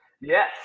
Yes